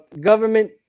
government